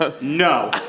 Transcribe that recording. No